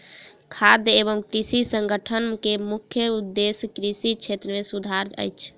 खाद्य एवं कृषि संगठन के मुख्य उदेश्य कृषि क्षेत्र मे सुधार अछि